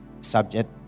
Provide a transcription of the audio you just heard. subject